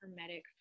hermetic